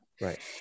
Right